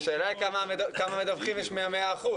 השאלה היא כמה מדווחים יש מה-100%?